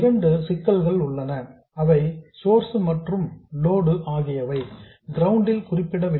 இரண்டு சிக்கல்கள் உள்ளன அவை சோர்ஸ் மற்றும் லோடு ஆகியவை கிரவுண்ட் ல் குறிப்பிடவில்லை